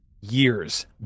years